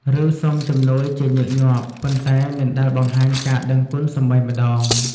ឬសុំជំនួយជាញឹកញាប់ ប៉ុន្តែមិនដែលបង្ហាញការដឹងគុណសូម្បីម្ដង។